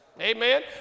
Amen